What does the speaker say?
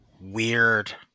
weird